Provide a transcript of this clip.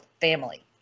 family